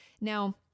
Now